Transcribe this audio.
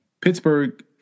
Pittsburgh